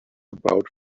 about